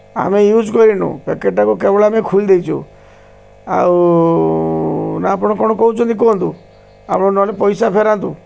ଆମେ ୟୁଜ୍ କରିନୁ ପ୍ୟାକେଟ୍ଟାକୁ କେବଳ ଆମେ ଖୋଲି ଦେଇଛୁ ଆଉ ନା ଆପଣ କ'ଣ କହୁଛନ୍ତି କୁହନ୍ତୁ ଆପଣ ନହେଲେ ପଇସା ଫେରାନ୍ତୁ